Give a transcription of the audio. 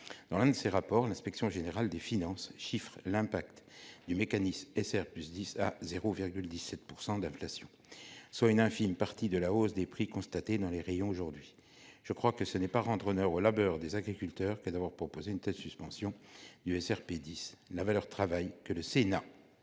Dans l'un de ses rapports, l'inspection générale des finances chiffre l'impact du mécanisme SRP+10 à 0,17 % d'inflation, soit une infime partie de la hausse des prix constatée dans les rayons aujourd'hui. Ce n'est pas rendre honneur au labeur des agriculteurs que d'avoir proposé une telle suspension du SRP+10. La valeur travail, que le Sénat